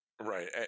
right